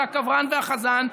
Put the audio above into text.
הקברן והחזן,